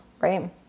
right